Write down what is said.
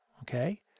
Okay